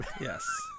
Yes